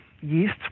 yeast